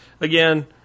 again